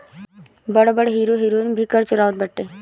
बड़ बड़ hero heroine भी कर चोरावत बाटे